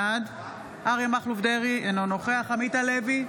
בעד אריה מכלוף דרעי, אינו נוכח עמית הלוי,